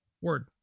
Word